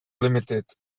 limited